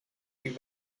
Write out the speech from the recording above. you